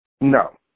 No